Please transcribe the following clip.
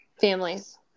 families